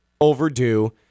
overdue